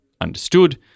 understood